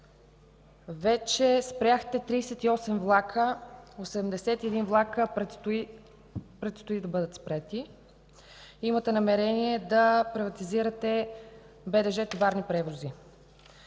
вече спряхте 38 влака, 81 влака предстои да бъдат спрени. Имате намерение да приватизирате БДЖ „Товарни превози”.